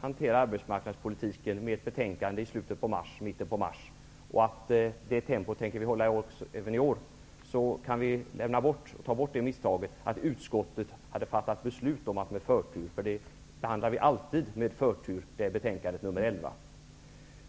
hanterar arbetsmarknadspolitiken så att det presenterar ett betänkande i slutet, eller mitten, av mars, och att det tempot kommer att hållas även i år, kan vi ta bort det missförståndet att utskottet skulle ha fattat beslut om att med förtur behandla betänkande nr 11 -- det behandlar vi alltid med förtur.